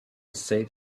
save